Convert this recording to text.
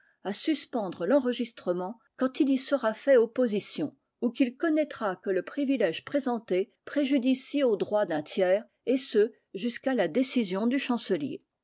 à suspendre l'enregistrement quand il y sera fait opposition ou qu'il connaîtra que le privilège présenté préjudicie aux droits d'un tiers et ce jusqu'à la décision du chancelier